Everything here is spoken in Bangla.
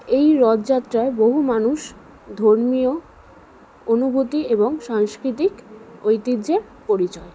এই রথযাত্রায় বহু মানুষ ধর্মীয় অনুভূতি এবং সাংস্কৃতিক ঐতিহ্যের পরিচয়